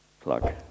Plug